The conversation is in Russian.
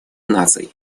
наций